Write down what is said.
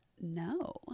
no